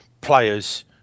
players